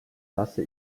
lasse